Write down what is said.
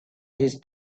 his